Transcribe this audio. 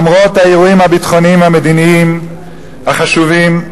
למרות האירועים הביטחוניים והמדיניים החשובים,